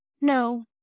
No